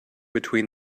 between